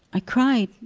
i cried.